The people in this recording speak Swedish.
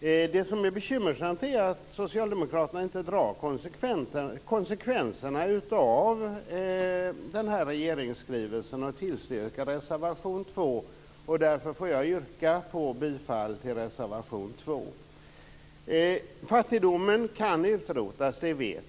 Det som är bekymmersamt är att Socialdemokraterna inte drar konsekvenserna av denna regeringsskrivelse och tillstyrker reservation 2. Därför får jag yrka på bifall till reservation 2. Fattigdomen kan utrotas. Det vet vi.